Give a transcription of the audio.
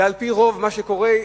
על-פי רוב מה שקורה,